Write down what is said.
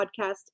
podcast